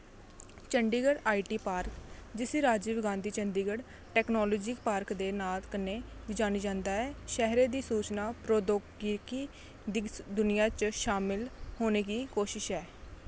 Chandigarh I T park जिसी Rajiv Gandhi Chandigarh technology park दे नांऽ कन्नै बी जानेआ जंदा ऐ शैह्रै दी सूचना प्रौद्योगिकी दी दुनियां च शामल होने दी कोशश ऐ